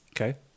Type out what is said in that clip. Okay